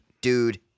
Dude